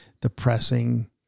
depressing